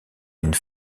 une